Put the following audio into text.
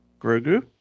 Grogu